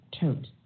tote